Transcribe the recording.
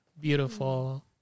beautiful